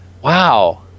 Wow